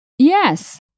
Yes